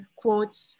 quotes